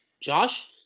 josh